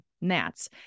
gnats